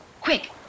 Quick